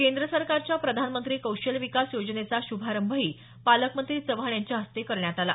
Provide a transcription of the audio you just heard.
केंद्र सरकारच्या प्रधानमंत्री कौशल्य विकास योजनेचा श्रभारंभही पालकमंत्री चव्हाण यांच्या हस्ते करण्यात आला